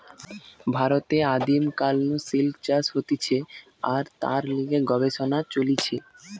ভারতে আদিম কাল নু সিল্ক চাষ হতিছে আর তার লিগে গবেষণা চলিছে